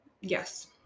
Yes